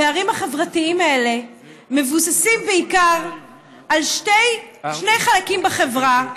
הפערים החברתיים האלה מבוססים בעיקר על שני חלקים בחברה,